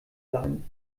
leihen